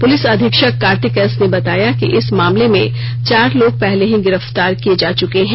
police अधीक्षक Kartik S ने बताया कि इस मामले में चार लोग पहले ही गिरफ्तार किए जा चुके हैं